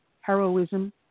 heroism